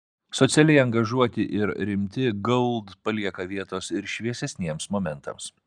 socialiai angažuoti ir rimti gold palieka vietos ir šviesesniems momentams